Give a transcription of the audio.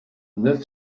neuf